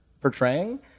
portraying